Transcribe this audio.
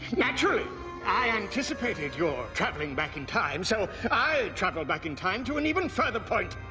naturally i anticipated your travelling back in time, so i travelled back in time to an even further point